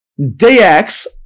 DX